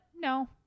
no